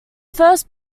first